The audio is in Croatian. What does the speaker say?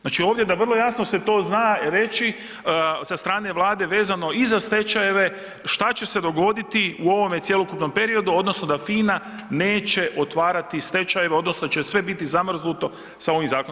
Znači ovdje da vrlo jasno se to zna reći, sa strane Vlade vezeno i za stečajeve, što će se dogoditi u ovome cjelokupnom periodu, odnosno da FINA neće otvarati stečajeve, odnosno hoće sve biti zamrznuto sa ovim zakonom.